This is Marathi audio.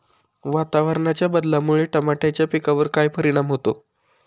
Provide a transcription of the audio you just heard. वातावरणाच्या बदलामुळे टमाट्याच्या पिकावर काय परिणाम होतो?